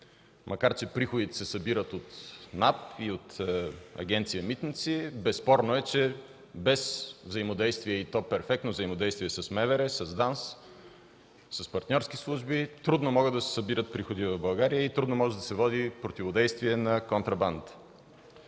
макар че приходите се събират от НАП и Агенция „Митници”, безспорно е, че без взаимодействие и то перфектно взаимодействие с МВР и ДАНС, с партньорски служби трудно могат да се съберат приходи в България и трудно може да се води противодействие на контрабандата.